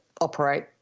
operate